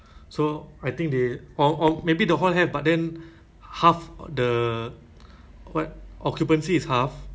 I think same time ah the the whole singapore mesti same time [what] kalau tak later how to know that you know